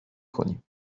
کنیم